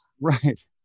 right